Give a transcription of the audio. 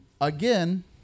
Again